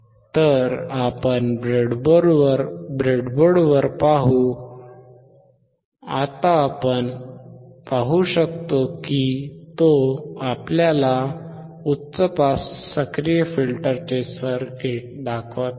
तर आपण ब्रेडबोर्डवर पाहू आता आपण पाहू शकतो की तो सीताराम आपल्याला उच्च पास सक्रिय फिल्टरचे सर्किट दाखवत आहे